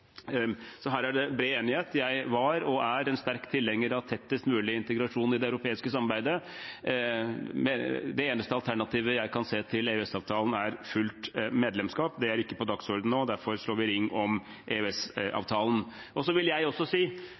så da vi i denne sal, i 1994, endelig inngikk avtalen. Og hvis det er noe tidspunkt da det er viktig å holde fast ved fastpunktene, er det akkurat nå. Her er det bred enighet. Jeg var og er en sterk tilhenger av tettest mulig integrasjon i det europeiske samarbeidet. Det eneste alternativet til EØS-avtalen jeg kan se, er fullt medlemskap.